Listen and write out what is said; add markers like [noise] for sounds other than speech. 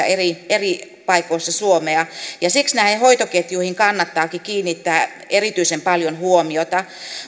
[unintelligible] eri eri paikoissa suomea ja siksi näihin hoitoketjuihin kannattaakin kiinnittää erityisen paljon huomiota